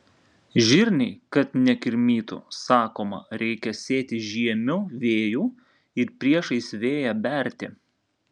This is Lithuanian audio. žirniai kad nekirmytų sakoma reikia sėti žiemiu vėju ir priešais vėją berti